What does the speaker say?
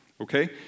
Okay